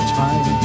time